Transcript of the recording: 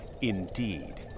Indeed